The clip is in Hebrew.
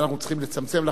אנחנו צריכים לצמצם.